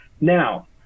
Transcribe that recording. Now